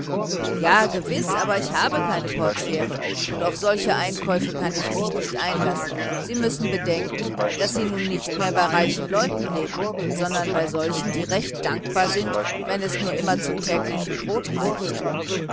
ja gewiß aber ich habe keine portiere und auf solche einkäufe kann ich mich nicht einlassen sie müssen bedenken daß sie nun nicht mehr bei reichen leuten leben sondern bei solchen die recht dankbar sind wenn es nur immer zum täglichen brot reicht